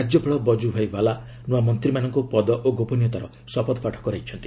ରାଜ୍ୟପାଳ ବକୁଭାଇ ବାଲା ନୂଆ ମନ୍ତ୍ରୀମାନଙ୍କୁ ପଦ ଓ ଗୋପନୀୟତାର ଶପଥ ପାଠ କରାଇଛନ୍ତି